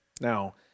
Now